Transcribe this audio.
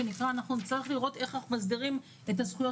אנחנו נצטרך לראות איך אנחנו מסדירים את הזכויות